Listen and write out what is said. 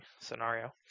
scenario